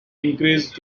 increased